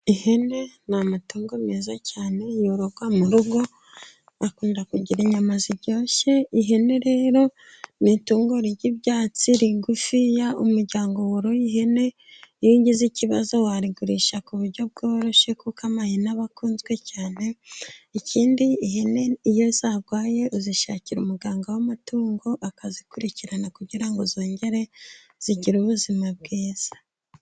Ihene ni amatungo meza cyane yororwa mu rugo, akunda kugira inyama ziryoshye, ihene rero ni itungo rirya ibyatsi, rigufiya, umuryango woroye ihene iyo ugize ikibazo warigurisha ku buryo bworoshye, kuko amahene aba akunzwe cyane, ikindi ihene iyo zarwaye uzishakira umuganga w'amatungo, akazikurikirana kugira ngo zongere zigire ubuzima bwiza.